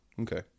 Okay